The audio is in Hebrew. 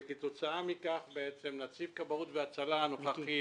כתוצאה מכך נציב כבאות והצלה הנוכחי,